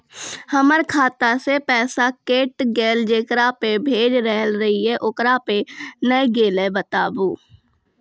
हमर खाता से पैसा कैट गेल जेकरा पे भेज रहल रहियै ओकरा पे नैय गेलै बताबू?